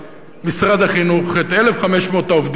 משרד החינוך, את 1,500 העובדים האלה,